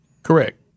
Correct